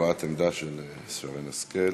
הבעת עמדה של שרן השכל.